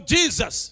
Jesus